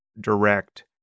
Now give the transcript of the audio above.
direct